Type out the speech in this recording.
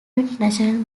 international